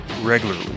regularly